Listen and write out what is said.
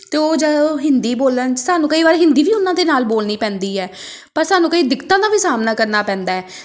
ਅਤੇ ਉਹ ਜ ਉਹ ਹਿੰਦੀ ਬੋਲਣ 'ਚ ਸਾਨੂੰ ਕਈ ਵਾਰ ਹਿੰਦੀ ਵੀ ਉਹਨਾਂ ਦੇ ਨਾਲ ਬੋਲਣੀ ਪੈਂਦੀ ਹੈ ਪਰ ਸਾਨੂੰ ਕਈ ਦਿੱਕਤਾਂ ਦਾ ਵੀ ਸਾਹਮਣਾ ਕਰਨਾ ਪੈਂਦਾ